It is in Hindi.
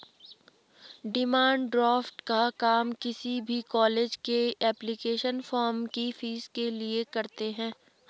डिमांड ड्राफ्ट का काम किसी भी कॉलेज के एप्लीकेशन फॉर्म की फीस के लिए करते है